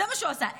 זה מה שהוא עשה.